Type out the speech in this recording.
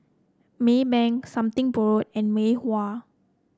Maybank Something Borrowed and Mei Hua